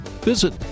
Visit